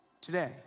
today